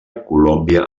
colòmbia